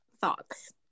thoughts